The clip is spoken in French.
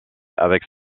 avec